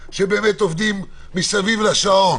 שבאמת עובדים מסביב לשעון.